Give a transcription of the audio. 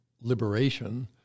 liberation